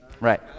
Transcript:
right